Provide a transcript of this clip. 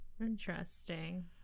interesting